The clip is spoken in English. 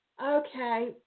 Okay